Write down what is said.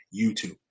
YouTube